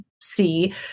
see